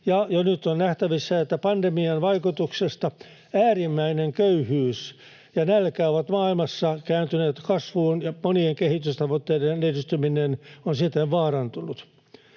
jo nyt on nähtävissä, että pandemian vaikutuksesta äärimmäinen köyhyys ja nälkä ovat maailmassa kääntyneet kasvuun ja monien kehitystavoitteiden edistyminen on siten vaarantunut.